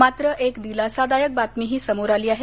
मात्र एक दिलासादायक बातमीही समोर आली आहे